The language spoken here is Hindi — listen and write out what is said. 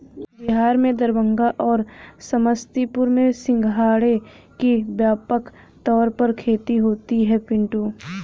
बिहार में दरभंगा और समस्तीपुर में सिंघाड़े की व्यापक तौर पर खेती होती है पिंटू